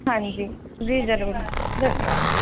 हाँ जी जी जरूर धन्यवाद